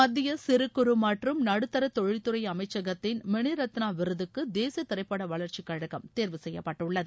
மத்திய சிறுகுறு மற்றும் நடுத்தர தொழிற்துறை அமைச்சகத்தின் மினி ரத்னா விருதுக்கு தேசிய திரைப்பட வளர்ச்சி கழகம் தேர்வு செய்யப்பட்டுள்ளது